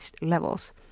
levels